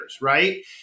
right